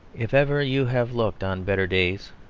if ever you have looked on better days,